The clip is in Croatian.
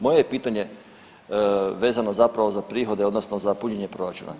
Moje je pitanje vezano zapravo za prihode odnosno za punjenje proračuna?